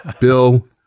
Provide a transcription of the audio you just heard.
Bill